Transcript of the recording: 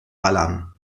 ballern